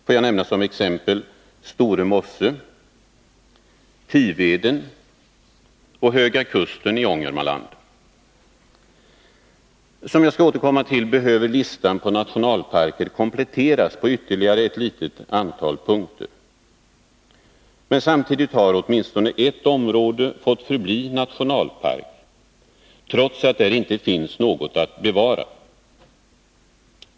Får jag nämna som exempel Store Mosse, Tiveden och Höga kusten i Ångermanland. Som jag skall återkomma till behöver listan på nationalparker kompletteras på ytterligare ett litet antal punkter. Men samtidigt har åtminstone ett område fått förbli nationalpark, trots att där inte finns något att bevara.